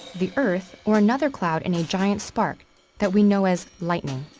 the earth, or another cloud in a giant spark that we know as lightning.